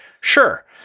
sure